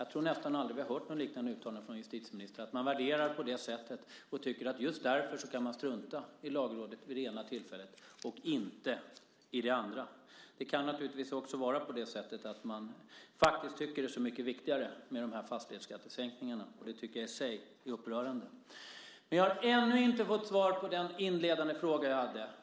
Jag tror inte att vi har hört något liknande uttalande från en justitieminister, att man värderar på det sättet och tycker att man just därför kan strunta i Lagrådet vid det ena tillfället och inte vid det andra. Det kan naturligtvis också vara på det sättet att man faktiskt tycker att det är så mycket viktigare med sänkningar av fastighetsskatten. Det tycker jag i sig är upprörande. Men jag har ännu inte fått svar på min inledande fråga.